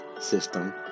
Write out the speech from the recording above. system